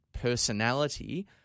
personality